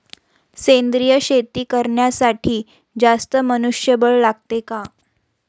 सेंद्रिय शेती करण्यासाठी जास्त मनुष्यबळ लागते का?